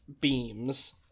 beams